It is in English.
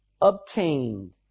obtained